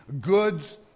goods